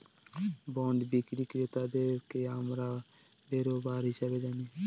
bond বিক্রি ক্রেতাদেরকে আমরা বেরোবার হিসাবে জানি